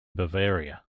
bavaria